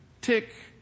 Tick